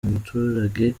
umuturage